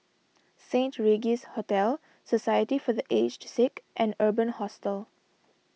Saint Regis Hotel Society for the Aged Sick and Urban Hostel